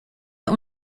der